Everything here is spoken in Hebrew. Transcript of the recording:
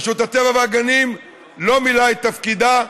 רשות הטבע והגנים לא מילאה את תפקידה,